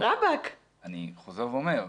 אני חוזר ואומר,